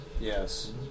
Yes